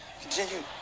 Continue